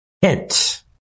Hint